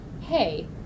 hey